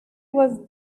was